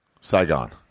Saigon